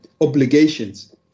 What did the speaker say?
obligations